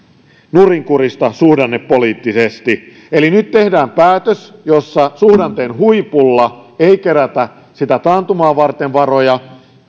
nurinkurista suhdannepoliittisesti eli nyt tehdään päätös jossa suhdanteen huipulla ei kerätä sitä taantumaa varten varoja